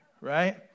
right